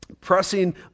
pressing